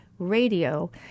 radio